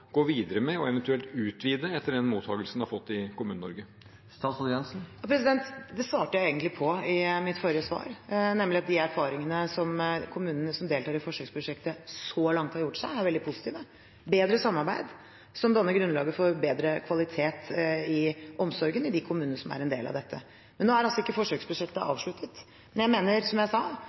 gå videre med og eventuelt utvide etter den mottakelsen det har fått i Kommune-Norge? Dette svarte jeg egentlig på i mitt forrige svar, nemlig at de erfaringene som kommunene som deltar i forsøksprosjektet så langt har gjort seg, er veldig positive – bedre samarbeid, som danner grunnlag for bedre kvalitet i omsorgen i de kommunene som er en del av dette. Nå er altså ikke forsøksprosjektet avsluttet, men jeg mener som jeg sa,